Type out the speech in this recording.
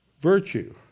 virtue